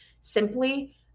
simply